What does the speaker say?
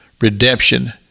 redemption